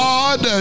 God